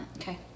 Okay